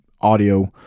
audio